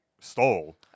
stole